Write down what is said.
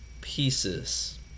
pieces